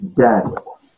Daniel